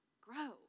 grow